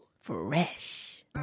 Fresh